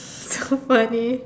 so funny